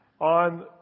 on